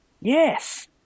Yes